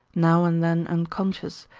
now and then unconscious,